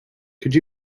could